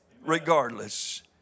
regardless